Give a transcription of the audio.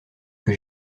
que